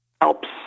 helps